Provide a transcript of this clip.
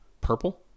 Purple